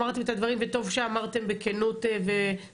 אמרתם את הדברים וטוב שאמרתם בכנות וברצינות,